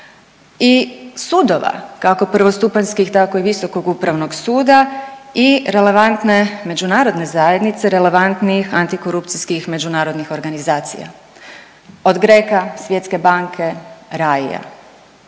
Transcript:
i sudova, kako prvostupanjskih, tako i Visokog upravnog suda i relevantne međunarodne zajednice, relevantnih antikorupcijskih međunarodnih organizacija. Od GRECO-a, Svjetske banke, RAI-a.